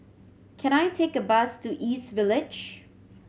can I take a bus to East Village